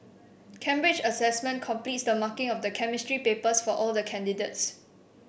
Cambridge Assessment completes the marking of the Chemistry papers for all the candidates